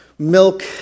milk